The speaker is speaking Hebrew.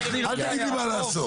אל תגיד לי מה לעשות.